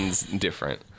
different